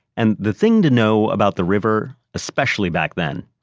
and the thing to know about the river, especially back then,